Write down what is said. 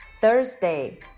Thursday